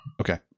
Okay